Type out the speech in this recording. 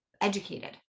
educated